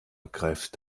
ergreift